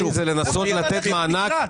לנסות לתת מענה.